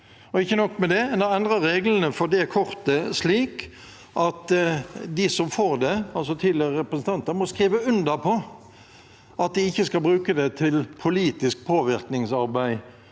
ikke nok med det, en har endret reglene for kortet slik at de som får det, altså tidligere representanter, må skrive under på at de ikke skal bruke det til politisk påvirkningsarbeid,